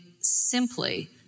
simply